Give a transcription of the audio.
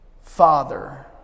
Father